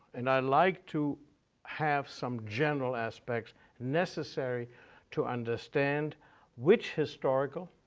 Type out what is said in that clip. and i'd like to have some general aspects necessary to understand which historical,